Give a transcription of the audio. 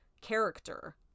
character